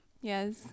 yes